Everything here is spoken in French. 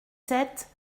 sept